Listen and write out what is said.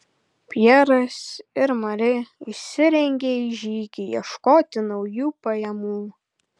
pjeras ir mari išsirengė į žygį ieškoti naujų pajamų